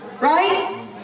Right